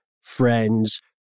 friends